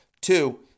Two